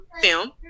film